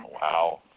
Wow